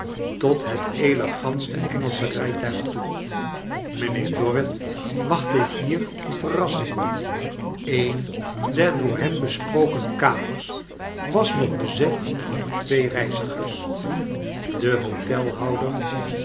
tot het elegantste engelsche rijtuig toe mrjnheer dorrit wachtte hier een verrassing een der door hem besproken kamers was nog bezet door twee reizigers de